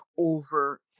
Over